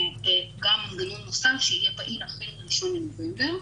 גם מנגנון נוסף שיהיה פעיל החל מה-1 בנובמבר,